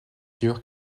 sur